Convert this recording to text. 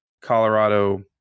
colorado